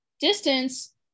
distance